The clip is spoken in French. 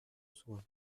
soit